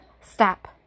Stop